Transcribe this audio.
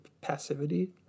passivity